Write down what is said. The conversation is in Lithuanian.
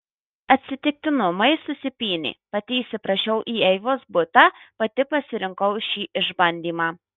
atsitiktinumai susipynė pati įsiprašiau į eivos butą pati pasirinkau šį išbandymą